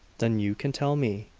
then you can tell me.